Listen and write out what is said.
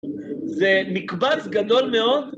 זה מקבץ גדול מאוד.